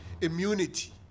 immunity